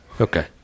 Okay